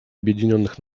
объединенных